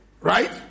Right